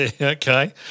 Okay